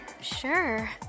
sure